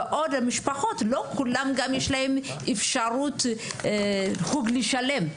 ועוד המשפחות, לא כולם גם יש להם אפשרות חוג לשלם.